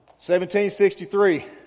1763